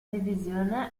divisione